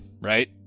right